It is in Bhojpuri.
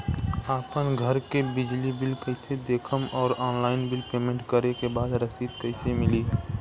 आपन घर के बिजली बिल कईसे देखम् और ऑनलाइन बिल पेमेंट करे के बाद रसीद कईसे मिली?